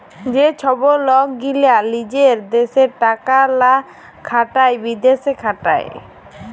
যে ছব লক গীলা লিজের দ্যাশে টাকা লা খাটায় বিদ্যাশে খাটায়